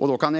Jag kan